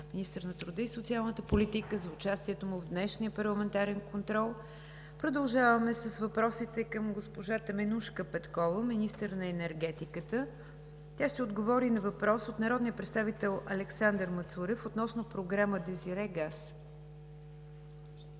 министър на труда и социалната политика, за участието му в днешния парламентарен контрол. Продължаваме с въпросите към госпожа Теменужка Петкова – министър на енергетиката. Тя ще отговори на въпрос от народния представител Александър Мацурев, относно Програма DESIREE Gas.